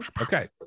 okay